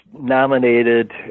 nominated